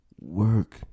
work